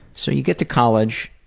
so you get to college,